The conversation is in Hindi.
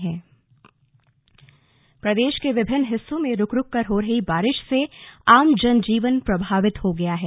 मौसम प्रदेश के विभिन्न हिस्सों में रूक रूककर हो रही बारिश से आम जन जीवन बुरी तरह प्रभावित हो गया है